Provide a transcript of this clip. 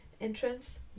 entrance